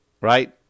Right